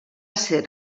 ser